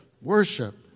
worship